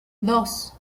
dos